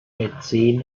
mäzen